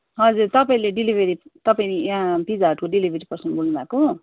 हजुर तपाईँले डेलिभरी तपाईँ यहाँ पिज्जा हटको डेलिभरी पर्सन बोल्नुभएको